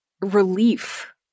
relief